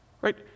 Right